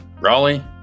raleigh